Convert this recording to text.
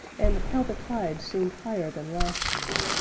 and how the tides seemed higher than last year,